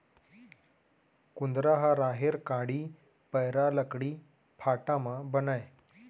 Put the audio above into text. कुंदरा ह राहेर कांड़ी, पैरा, लकड़ी फाटा म बनय